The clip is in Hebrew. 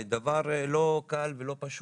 זה דבר לא קל ולא פשוט,